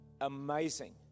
amazing